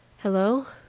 hello?